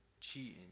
Cheating